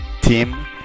team